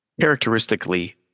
Characteristically